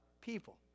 people